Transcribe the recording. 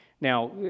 Now